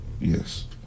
yes